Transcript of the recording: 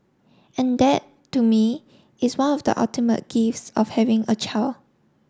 and that to me is one of the ultimate gifts of having a child